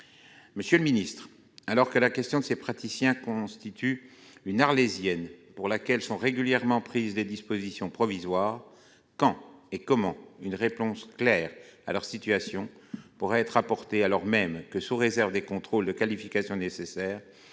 alors que la question de la situation de ces praticiens devient une arlésienne pour laquelle sont régulièrement prises des dispositions provisoires, quand et comment une réponse claire pourra-t-elle leur être apportée, alors même que, sous réserve des contrôles de qualification nécessaires,